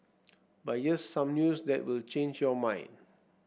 but here's some news that will change your mind